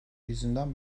yüzünden